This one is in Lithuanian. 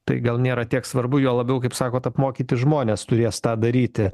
tai gal nėra tiek svarbu juo labiau kaip sakot apmokyti žmonės turės tą daryti